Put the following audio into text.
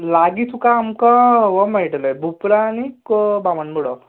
लागीं तुका हांगच्यान हो मेळटलें बुपरा आनी बामनबुडो